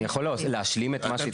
אני יכול להשלים את מה שהתחלתי?